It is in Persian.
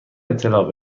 اطلاع